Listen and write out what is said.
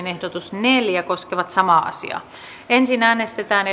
ehdotus viisi koskevat samaa määrärahaa ensin äänestetään